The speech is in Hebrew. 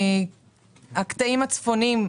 הקטעים הצפוניים,